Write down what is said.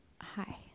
hi